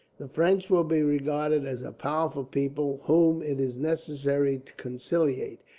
the french will be regarded as a powerful people, whom it is necessary to conciliate,